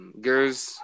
girls